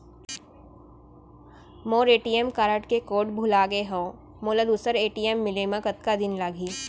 मोर ATM card के code भुला गे हव, मोला दूसर ए.टी.एम मिले म कतका दिन लागही?